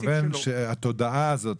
אתה מתכוון שהתודעה הזאת,